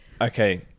Okay